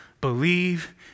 believe